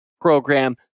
program